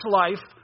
life